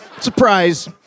Surprise